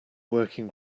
working